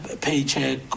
paycheck